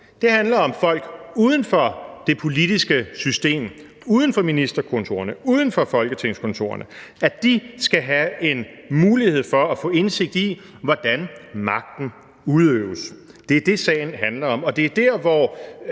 Den handler om, at folk uden for det politiske system, uden for ministerkontorerne, uden for folketingskontorerne, skal have en mulighed for at få indsigt i, hvordan magten udøves. Det er det, sagen handler om,